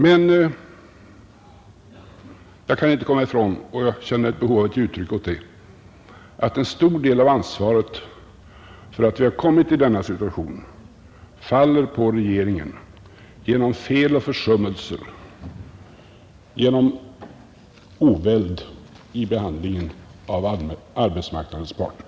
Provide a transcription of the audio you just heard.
Men jag kan inte komma ifrån — och jag känner ett behov av att ge uttryck åt det — att en stor del av ansvaret för att vi har råkat i denna situation faller på regeringen genom dess fel och försummelser, genom bristande oväld i behandlingen av arbetsmarknadens parter.